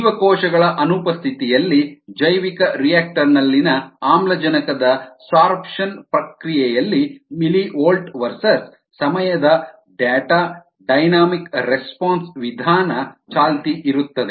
ಜೀವಕೋಶಗಳ ಅನುಪಸ್ಥಿತಿಯಲ್ಲಿ ಜೈವಿಕರಿಯಾಕ್ಟರ್ ನಲ್ಲಿನ ಆಮ್ಲಜನಕದ ಸೋರ್ಪ್ಷನ್ ಪ್ರಕ್ರಿಯೆಯಲ್ಲಿ ಮಿಲಿವೋಲ್ಟ್ ವರ್ಸಸ್ ಸಮಯದ ಡೇಟಾ ಡೈನಾಮಿಕ್ ರೆಸ್ಪಾನ್ಸ್ ವಿಧಾನ ಚಾಲ್ತಿ ಇರುತ್ತದೆ